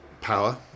power